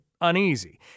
uneasy